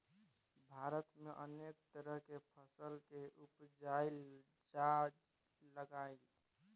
भारत में अनेक तरह के फसल के उपजाएल जा लागलइ